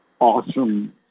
awesome